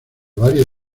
varias